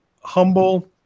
humble